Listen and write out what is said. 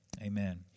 Amen